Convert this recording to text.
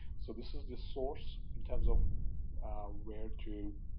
so this is the source in terms of where to